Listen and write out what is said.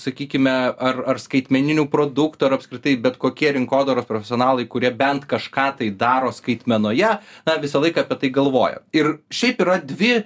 sakykime ar ar skaitmeninių produktų ar apskritai bet kokie rinkodaros profesionalai kurie bent kažką tai daro skaitmenoje na visą laiką apie tai galvojo ir šiaip yra dvi